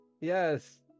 Yes